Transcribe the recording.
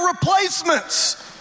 replacements